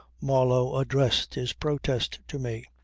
marlow addressed his protest to me.